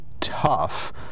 tough